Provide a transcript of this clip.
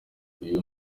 uyu